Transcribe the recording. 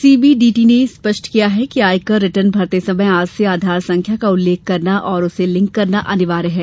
CBDT ने यह भी स्पष्ट किया है कि आयकर रिटर्न भरते समय आज से आधार संख्या का उल्लेख करना और उसे लिंक करना अनिवार्य है